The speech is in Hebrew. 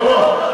לא, לא.